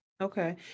Okay